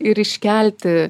ir iškelti